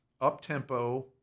up-tempo